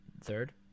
Third